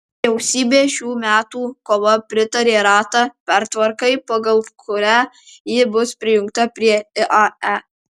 vyriausybė šių metų kovą pritarė rata pertvarkai pagal kurią ji bus prijungta prie iae